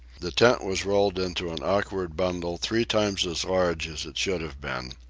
the tent was rolled into an awkward bundle three times as large as it should have been.